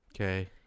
okay